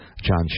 John